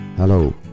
Hello